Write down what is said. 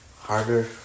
harder